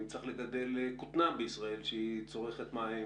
אם צריך לגדל כותנה בישראל שהיא צורכת מים.